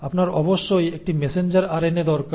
আপনার অবশ্যই একটি মেসেঞ্জার আরএনএ দরকার